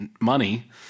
money